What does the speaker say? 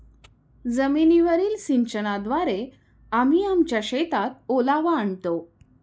जमीनीवरील सिंचनाद्वारे आम्ही आमच्या शेतात ओलावा आणतो